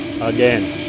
Again